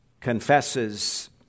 confesses